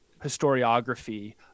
historiography